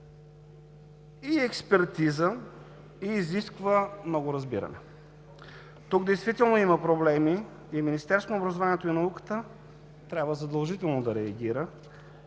и експертиза и изисква много разбиране. Тук действително има проблеми и Министерството на образованието и науката трябва задължително да реагира